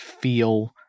feel